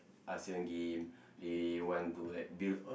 Asean game they want to like build